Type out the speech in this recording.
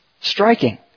striking